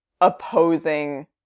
opposing